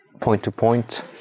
point-to-point